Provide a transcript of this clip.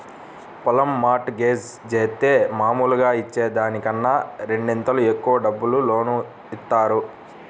పొలం mortgage జేత్తే మాములుగా ఇచ్చే దానికన్నా రెండింతలు ఎక్కువ డబ్బులు లోను ఇత్తారు